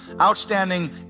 outstanding